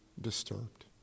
disturbed